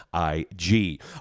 IG